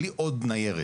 בלי עוד ניירת.